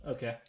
Okay